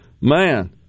man